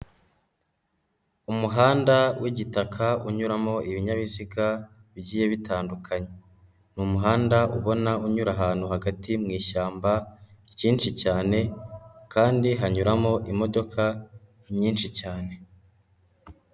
Umuhanda w'igitaka unyuramo ibinyabiziga bigiye bitandukanye. Ni umuhanda ubona unyura ahantu hagati mushyamba ryinshi cyane kandi hanyuramo imodoka nyinshi cyane.